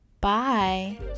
Bye